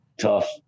tough